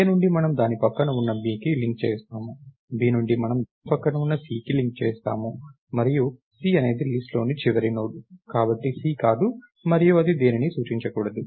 A నుండి మనము దాని పక్కన ఉన్న B కి లింక్ చేస్తాము B నుండి మనము దాని పక్కన ఉన్న C కి లింక్ చేస్తాము మరియు C అనేది లిస్ట్ లోని చివరి నోడ్ కాబట్టి C కాదు మరియు అది దేనిని సూచించకూడదు